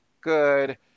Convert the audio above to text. good